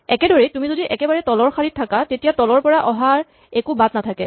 একেদৰেই তুমি যদি একেবাৰে তলৰ শাৰীত থাকা তেতিয়া তলৰ পৰা অহাৰ একো বাট নাথাকে